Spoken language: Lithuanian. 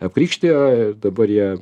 apkrikštijo ir dabar jie